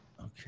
Okay